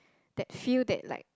that feel that like